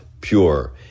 pure